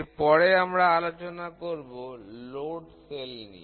এর পরে আমরা আলোচনা করব লোড সেল নিয়ে